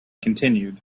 continued